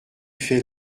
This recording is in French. fais